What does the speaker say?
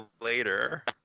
later